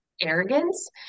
arrogance